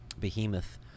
Behemoth